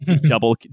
double